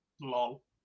Lol